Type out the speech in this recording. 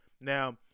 Now